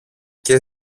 και